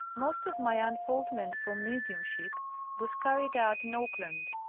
most of my un foldment for mediumship was carried out in auckland,